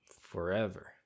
forever